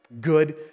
good